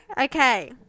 Okay